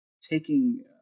taking